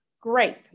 Great